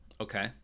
Okay